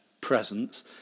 presence